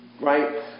Right